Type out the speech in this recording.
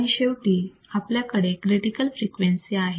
आणि शेवटी आपल्याकडे क्रिटिकल फ्रिक्वेन्सी आहे